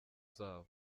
zabo